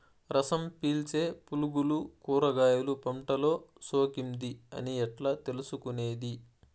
రసం పీల్చే పులుగులు కూరగాయలు పంటలో సోకింది అని ఎట్లా తెలుసుకునేది?